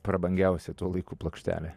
prabangiausią tuo laiku plokštelę